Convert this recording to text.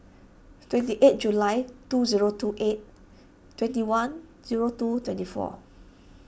twenty eight July two zero two eight twenty one zero two twenty four